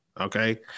Okay